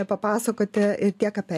papasakoti ir tiek apie